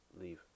leave